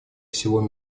всего